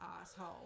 asshole